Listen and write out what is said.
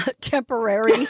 temporary